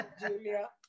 Julia